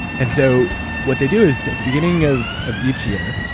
and so, what they do is, at the beginning of of each year,